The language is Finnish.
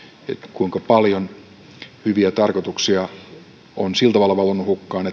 kuinka paljon hyviä tarkoituksia on sillä tavalla valunut hukkaan